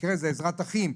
במקרה זה עזרת אחים,